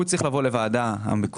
הוא צריך לבוא לוועדה המקומית